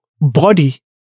body